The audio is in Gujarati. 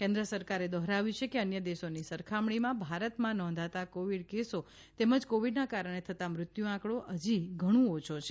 કેન્દ્ર સરકારે દોહરાવ્યુ છે કે અન્ય દેશોની સરખામણીમાં ભારતમાં નોંધાતા કોવિડ કેસો તેમજ કોવિડના કારણે થતાં મૃત્યુનો આંકડો ઘણો ઓછો છે